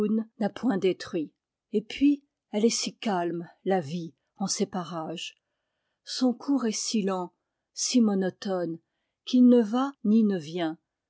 point détruits et puis elle est si calme la vie en ces parages son cours est si lent si monotone qu'il ne va ni ne vient